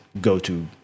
go-to